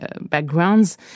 backgrounds